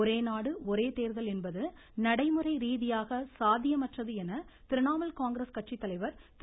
ஒரே நாடு ஒரே தேர்தல் என்பது நடைமுறை ரீதியாக சாத்தியமற்றது என திரிணாமுல் காங்கிரஸ் கட்சித்தலைவர் திரு